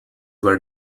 were